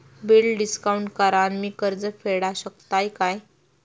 Bill discount करान मी कर्ज फेडा शकताय काय?